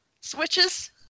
Switches